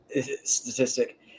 statistic